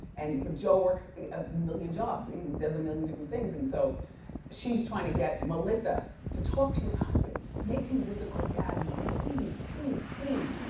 and but joe works a million jobs. he does a million different things, and so she's trying to get melissa to talk to your husband, make him visit our dad more, please, please, please.